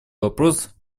вопрос